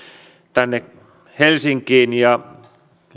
tänne helsinkiin ja